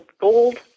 gold